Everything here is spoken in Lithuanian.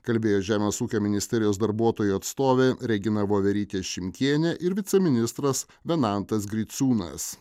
kalbėjo žemės ūkio ministerijos darbuotojų atstovė regina voverytė šimkienė ir viceministras venantas griciūnas